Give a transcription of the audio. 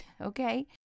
Okay